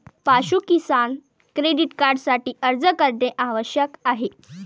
पाशु किसान क्रेडिट कार्डसाठी अर्ज करणे आवश्यक आहे